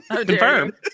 Confirm